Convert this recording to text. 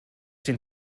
den